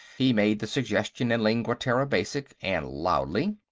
he made the suggestion in lingua terra basic, and loudly.